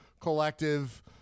collective